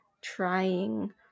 trying